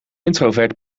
introvert